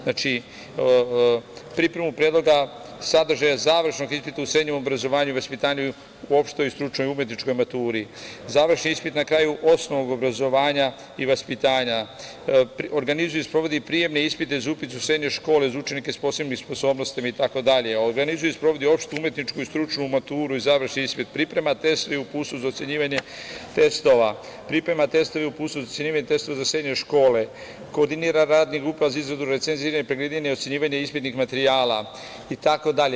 Znači, pripremu predloga sadržaja završnog ispita u srednjem obrazovanju i vaspitanju u opštoj, stručnoj, umetničkoj maturi, završni ispit na kraju osnovnog obrazovanja i vaspitanja, organizuje i sprovodi prijemne ispite za upis u srednje škole za učenike sa posebnim sposobnostima itd, organizuje i sprovodi opštu umetničku i stručnu maturu i završni ispit, priprema test i uputstvo za ocenjivanje testova, priprema testove i uputstvo za ocenjivanje testova za srednje škole, koordinira radnim grupama za izradu recenzija i ocenjivanja ispitnih materijala, itd.